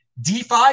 DeFi